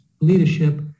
leadership